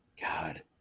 God